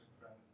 friends